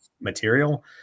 material